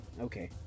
Okay